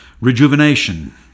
rejuvenation